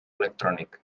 electrònic